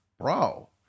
Bro